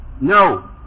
No